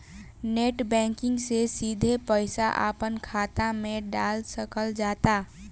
net banking से सिधे पईसा अपना खात मे डाल सकल जाता